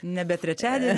nebe trečiadienį